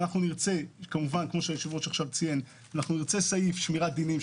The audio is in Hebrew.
אנחנו נרצה סעיף שמירת דינים,